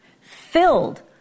filled